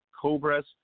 cobras